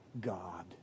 God